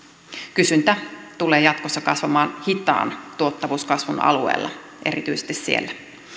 kysyntä tulee jatkossa kasvamaan hitaan tuottavuuskasvun alueella erityisesti siellä